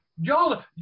Y'all